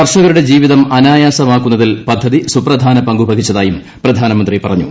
കർഷകരുടെ ജീവിതം അനായാസമാക്കുന്നതിൽ പദ്ധതി സുപ്രധാന പങ്കു വഹിച്ചതായും പ്രധാനമന്ത്രി പറഞ്ഞു